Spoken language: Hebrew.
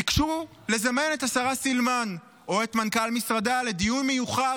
ביקשו לזמן את השרה סילמן או את מנכ"ל משרדה לדיון מיוחד